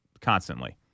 constantly